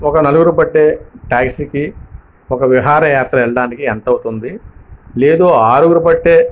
ఒక నలుగురు పట్టే టాక్సీకి ఒక విహారయాత్ర వెళ్ళడానికి ఎంత అవుతుంది లేదూ ఆరుగురు పట్టే